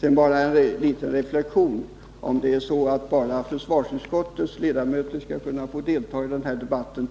Sedan bara en liten reflexion: Jag tycker att det är fel om enbart försvarsutskottets ledamöter skall få delta i debatten.